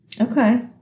okay